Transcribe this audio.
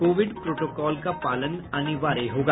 Covid protocol का पालन अनिवार्य होगा